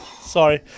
Sorry